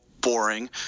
boring